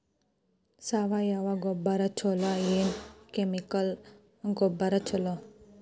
ಸಾವಯವ ಗೊಬ್ಬರ ಛಲೋ ಏನ್ ಕೆಮಿಕಲ್ ಗೊಬ್ಬರ ಛಲೋ?